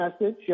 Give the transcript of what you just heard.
message